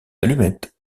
allumettes